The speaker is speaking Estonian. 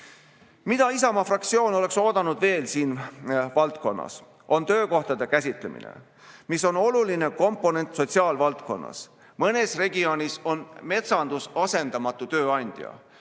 Mida Isamaa fraktsioon oleks oodanud veel siin valdkonnas, on töökohtade käsitlemine. See on oluline komponent sotsiaalvaldkonnas. Mõnes regioonis on metsandus asendamatu tööandja,